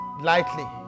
lightly